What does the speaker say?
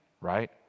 right